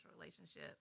relationship